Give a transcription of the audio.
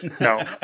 No